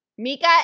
Mika